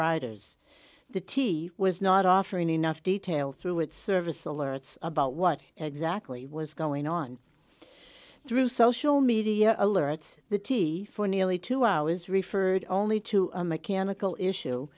riders the t was not offering enough detail through its service alerts about what exactly was going on through social media alerts the t for nearly two hours referred only to a mechanical issue